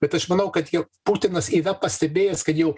bet aš manau kad jau putinas yra pastebėjęs kad jau